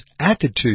attitude